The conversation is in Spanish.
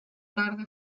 tarde